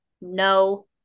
no